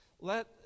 let